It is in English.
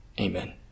Amen